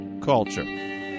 Culture